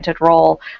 role